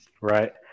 Right